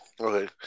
Okay